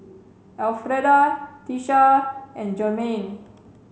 Alfreda Tisha and Jermain